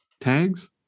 Tags